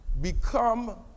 become